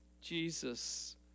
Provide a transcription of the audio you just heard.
Jesus